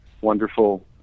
wonderful